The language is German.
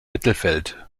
mittelfeld